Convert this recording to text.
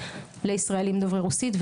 לישראלים דוברי רוסית,